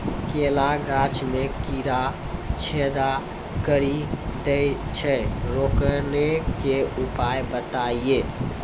केला गाछ मे कीड़ा छेदा कड़ी दे छ रोकने के उपाय बताइए?